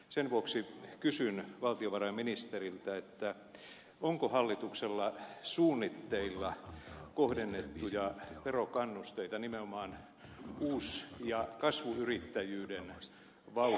sen vuoksi kysyn valtiovarainministeriltä onko hallituksella suunnitteilla kohdennettuja verokannusteita nimenomaan uus ja kasvuyrittäjyyden vauhdittamiseksi